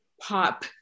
pop